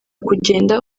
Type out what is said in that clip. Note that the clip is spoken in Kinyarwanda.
kugenda